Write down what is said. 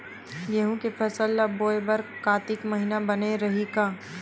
गेहूं के फसल ल बोय बर कातिक महिना बने रहि का?